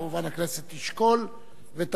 כמובן, הכנסת תשקול ותחליט.